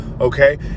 okay